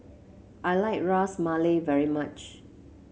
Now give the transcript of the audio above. I like Ras Malai very much